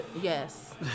Yes